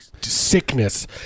sickness